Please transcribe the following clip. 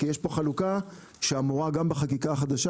כי יש פה חלוקה שאמורה גם בחקיקה החדשה